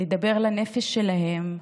לדבר לנפש שלהם,